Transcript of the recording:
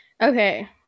Okay